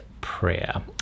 prayer